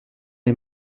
les